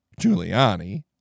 Giuliani